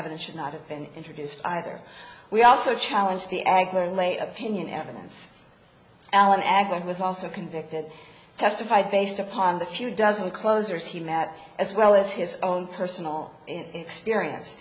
evidence should not have been introduced either we also challenge the agner lay opinion evidence alan agood was also convicted testified based upon the few dozen closers he met as well as his own personal experience